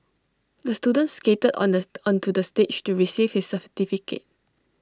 the student skated onto onto the stage to receive his certificate